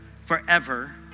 forever